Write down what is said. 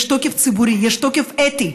יש תוקף ציבורי, יש תוקף אתי.